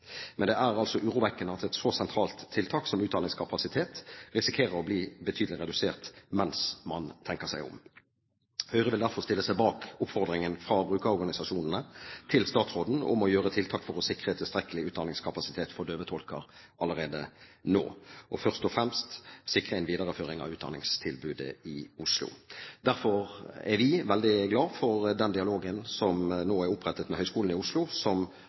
Men det er urovekkende at et så sentralt tiltak som utdanningskapasitet risikerer å bli betydelig redusert mens man tenker seg om. Høyre vil derfor stille seg bak oppfordringen fra brukerorganisasjonene til statsråden om å gjøre tiltak for å sikre tilstrekkelig utdanningskapasitet for døvetolker allerede nå og først og fremst sikre en videreføring av utdanningstilbudet i Oslo. Derfor er vi veldig glad for den dialogen som nå er opprettet med Høgskolen i Oslo,